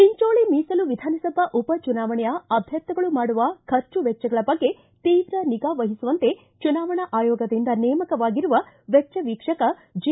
ಚಿಂಚೋಳಿ ಮೀಸಲು ವಿಧಾನಸಭಾ ಉಪ ಚುನಾವಣೆಯ ಅಭ್ಯರ್ಥಿಗಳು ಮಾಡುವ ಖರ್ಚು ವೆಚ್ಚಗಳ ಬಗ್ಗೆ ತೀವ್ರ ನಿಗಾವಹಿಸುವಂತೆ ಚುನಾವಣಾ ಆಯೋಗದಿಂದ ನೇಮಕವಾಗಿರುವ ವೆಚ್ಚ ವೀಕ್ಷಕ ಜೆ